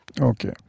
Okay